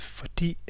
fordi